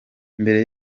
mbere